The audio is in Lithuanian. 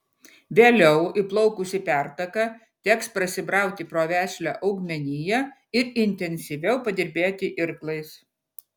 vėliau įplaukus į pertaką teks prasibrauti pro vešlią augmeniją ir intensyviau padirbėti irklais